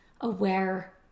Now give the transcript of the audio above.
aware